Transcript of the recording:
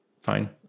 fine